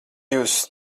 jūs